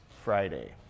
Friday